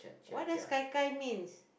what does Gai-Gai means